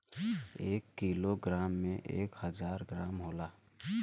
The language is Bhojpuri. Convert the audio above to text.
एक कीलो ग्राम में एक हजार ग्राम होला